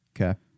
Okay